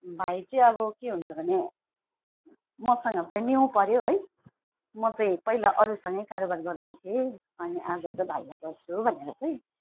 भाइ चाहिँ अब के हुन्छ भने मसँग चाहिँ न्यु पर्यो है म चाहिँ पहिला अरूसँगै कारोबार गर्दै थिएँ अनि आज चाहिँ भाइलाई गर्छु हो भनेर चाहिँ